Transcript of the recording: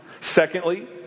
Secondly